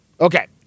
Okay